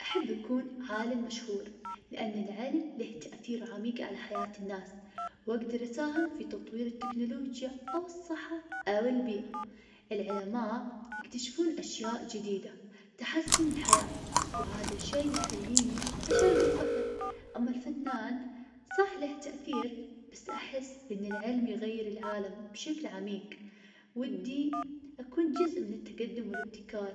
أحب أكون عالم مشهور, لأن العلم له تأثير عميق على حياة الناس, وأقدر اساهم في تطوير التكنولوجيا, أو الصحة, أو البيئة, العلماء يكتشفون أشياء جديدة, تحسن الحياة, وهذا شي يخليني أشعر بالفخر, أما الفنان صح له تأثير, بس أحس إن العلم يغير العالم بشكل عميق, ودي أكون جزء من التقدم والابتكار.